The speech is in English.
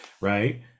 Right